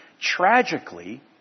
tragically